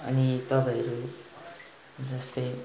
अनि तपाईँहरू जस्तै